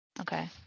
okay